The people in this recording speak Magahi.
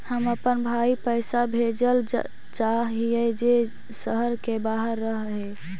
हम अपन भाई पैसा भेजल चाह हीं जे शहर के बाहर रह हे